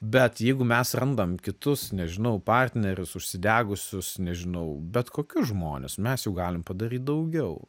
bet jeigu mes randam kitus nežinau partnerius užsidegusius nežinau bet kokius žmones mes jau galim padaryt daugiau